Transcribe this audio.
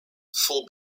full